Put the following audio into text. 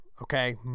okay